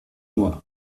moi